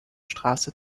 straße